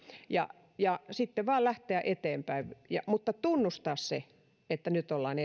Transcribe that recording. ja ja sitten vain lähteä eteenpäin mutta tunnustaa se että nyt ollaan